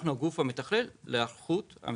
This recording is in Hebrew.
אנחנו הגוף המתכלל להיערכות המדינה.